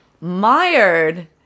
mired